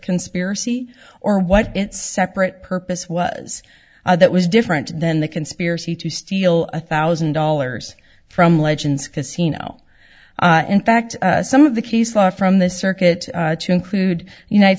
conspiracy or what separate purpose was that was different than the conspiracy to steal a thousand dollars from legends casino in fact some of the case law from the circuit to include united